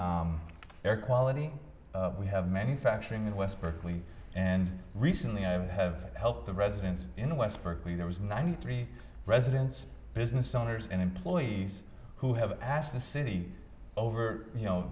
air quality we have manufacturing in west berkeley and recently i have helped the residents in west berkeley there was ninety three residents business owners and employees who have passed the city over